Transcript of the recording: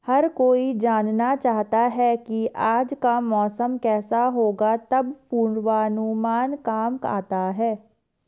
हर कोई जानना चाहता है की आज का मौसम केसा होगा तब पूर्वानुमान काम आता है